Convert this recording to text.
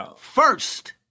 first